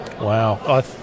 Wow